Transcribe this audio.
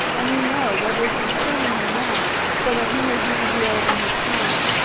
and you know what is restraining him now so that he may be revealed in his time.